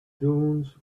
dunes